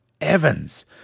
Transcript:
evans